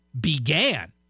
began